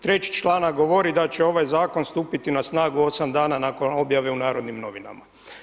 Treći članak govori da će ovaj zakon stupiti na snagu 8 dana nakon objave u Narodnim novinama.